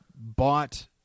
bought